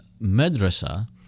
madrasa